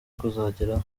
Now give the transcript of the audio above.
kuzageraho